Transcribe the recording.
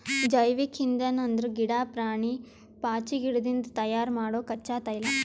ಜೈವಿಕ್ ಇಂಧನ್ ಅಂದ್ರ ಗಿಡಾ, ಪ್ರಾಣಿ, ಪಾಚಿಗಿಡದಿಂದ್ ತಯಾರ್ ಮಾಡೊ ಕಚ್ಚಾ ತೈಲ